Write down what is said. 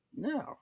No